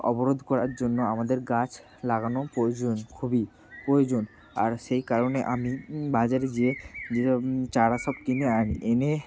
অবরোধ করার জন্য আমাদের গাছ লাগানো প্রয়োজন খুবই প্রয়োজন আর সেই কারণে আমি বাজারে যেয়ে যে সব চারা সব কিনে আনি এনে